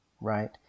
right